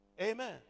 Amen